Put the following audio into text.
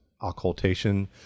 occultation